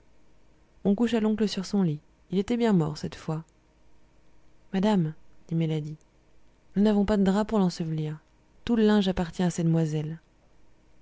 on coucha l'oncle sur son lit il était bien mort cette fois madame dit mélanie nous n'avons pas de draps pour l'ensevelir tout le linge appartient à ces demoiselles